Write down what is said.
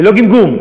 ללא גמגום,